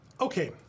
okay